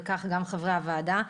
וכך גם חברי הוועדה,